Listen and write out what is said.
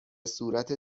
صورت